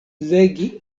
legi